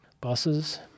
buses